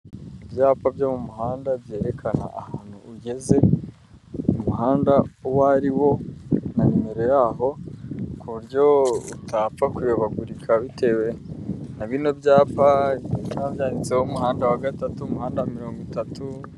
Ibyapa byo mu muhanda byerekana ahantu ugeze, umuhanda uwo ari wo na nimero yaho, ku buryo utapfa kuyobagurika bitewe na bino byapa, biba byanditseho umuhanda wa gatatu, umuhanda wa mirongo itatu.